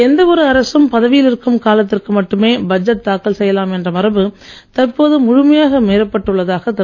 எந்த ஒரு அரசும் பதவியில் இருக்கும் காலத்திற்கு மட்டுமே பட்ஜேட் தாக்கல் செய்யலாம் என்ற மரபு தற்போது முழுமையாக மீறப்பட்டு உள்ளதாக திரு